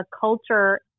culture